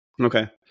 Okay